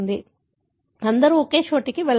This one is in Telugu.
కాబట్టి అందరూ ఒకే చోటికి వెళ్లరు